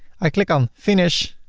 i click on finish,